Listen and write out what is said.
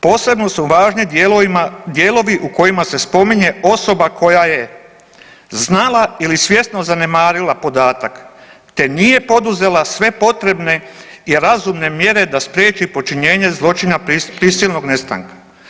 Posebno su važni dijelovi u kojima se spominje osoba koja je znala ili svjesno zanemarila podatak te nije poduzela sve potrebne i razumne mjere da spriječi počinjenje zločina prisilnog nestanka.